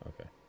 Okay